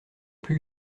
plus